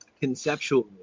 conceptually